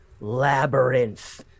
labyrinth